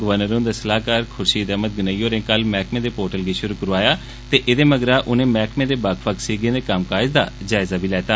governor हुंदे सलाहकार खुर्शीद अहमद गनेई होरें कल मैह्कमे दे पोर्टल गी शुरु करोआया ते एह्दे मगरा उने मैहकमे दे बक्ख बक्ख सीगें दे कम्मकाज दा जायजा बी लैता